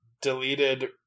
deleted